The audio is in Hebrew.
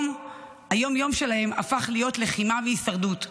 היום-יום שלהם הפך להיות לחימה והישרדות,